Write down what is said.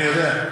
אני יודע.